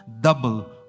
double